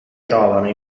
trovano